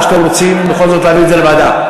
או שאתם רוצים בכל זאת להעביר את זה לוועדה?